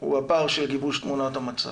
הוא הפער של גיבוש תמונת המצב,